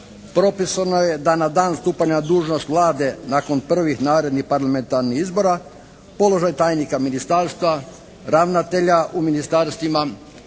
propisano je da na dan stupanja na dužnost Vlade nakon prvih narednih parlamentarnih izbora položaj tajnika ministarstva, ravnatelja mu ministarstvima,